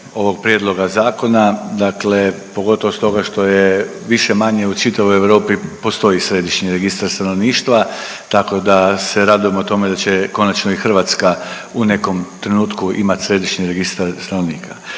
ovog prijedloga zakona, dakle pogotovo stoga što je više-manje u čitavoj Europi postoji središnji registar stanovništva, tako da se radujemo tome da će konačno i Hrvatska u nekom trenutku imat središnji registar stanovnika.